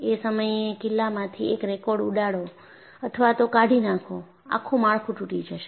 એ સમયે એ કિલ્લામાંથી એક કાર્ડ ઉડાડો અથવા તો કાઢી નાખો આખું માળખું તૂટી જશે